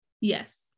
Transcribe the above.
yes